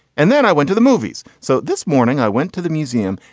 and then i went to the movies. so this morning i went to the museum.